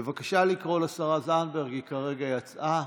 בבקשה לקרוא לשרה זנדברג, היא כרגע יצאה.